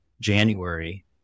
January